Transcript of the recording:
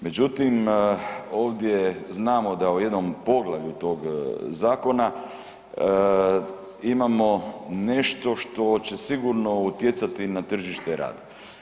Međutim, ovdje znamo da u jednom poglavlju tog zakona imamo nešto što će sigurno utjecati na tržište rada.